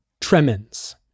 tremens